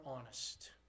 honest